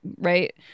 right